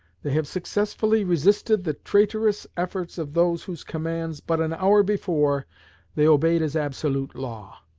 they have successfully resisted the traitorous efforts of those whose commands but an hour before they obeyed as absolute law.